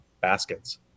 baskets